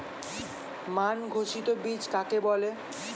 মান ঘোষিত বীজ কাকে বলে?